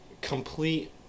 complete